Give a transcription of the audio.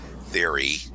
theory